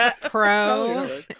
Pro